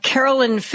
Carolyn